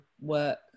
work